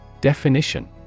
Definition